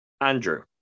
Andrew